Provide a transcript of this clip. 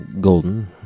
golden